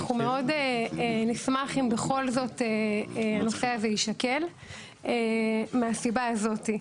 אנחנו מאוד נשמח אם בכל זאת הנושא הזה יישקל מהסיבה הזאת.